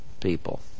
people